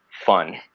fun